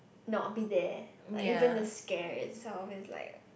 not be there like even the scare itself is like